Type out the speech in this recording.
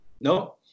No